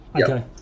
Okay